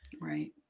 Right